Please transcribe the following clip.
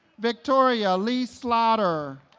victoria leigh slaughter